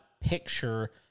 picture